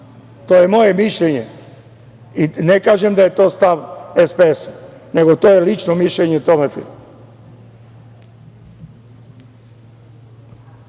To je moje mišljenje i ne kažem da je to stav SPS-a, nego je to lično mišljenje Tome File. Po